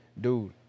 dude